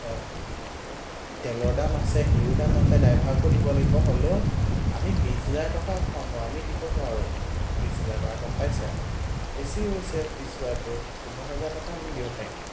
হয় এ তেলৰ দাম আছে সেইবোৰ দাম আছে ড্ৰাইভাৰকো দিব লাগিব হ'লেও আমি বিশ হেজাৰ টকা অসম্ভৱ আমি দিব নোৱাৰোঁ বিশ হেজাৰ টকা গম পাইছে বেছি হৈছে বিশ হেজাৰটো পোন্ধৰ হাজাৰ টকা আমি দিব পাৰিম